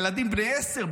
ילדים בני 10,